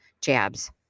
jabs